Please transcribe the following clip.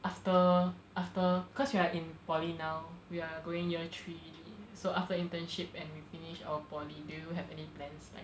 after after cause you are in poly now we're going year three so after internship and we finish our poly do you have any plans like